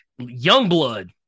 Youngblood